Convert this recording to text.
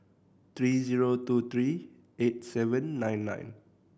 three zero two three eight seven nine nine